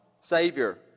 Savior